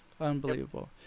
Unbelievable